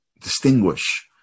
distinguish